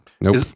Nope